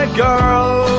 girl